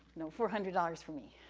no four hundred dollars for me.